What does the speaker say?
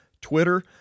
Twitter